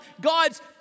God's